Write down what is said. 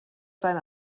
sein